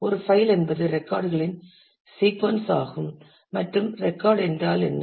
ஒரு பைல் என்பது ரெக்கார்ட்களின் சீக்கொன்ஸ் ஆகும் மற்றும் ரெக்கார்ட் என்றால் என்ன